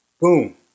Boom